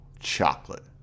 Chocolate